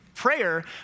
Prayer